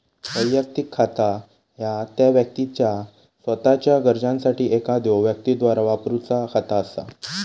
वैयक्तिक खाता ह्या त्या व्यक्तीचा सोताच्यो गरजांसाठी एखाद्यो व्यक्तीद्वारा वापरूचा खाता असा